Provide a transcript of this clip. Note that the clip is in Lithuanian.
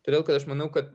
todėl kad aš manau kad